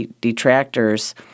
detractors